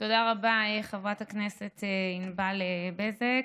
תודה רבה, חברת הכנסת ענבר בזק.